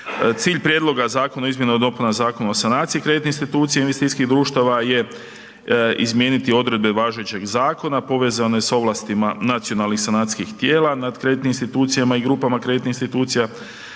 Cilj prijedloga zakona o izmjenama i dopunama Zakona o sanaciji kreditnih institucija i investicijskih društava je izmijeniti odredbe važećeg zakona povezane sa ovlastima nacionalnih sanacijskih tijela nad kreditnim institucijama i grupama kreditnih institucija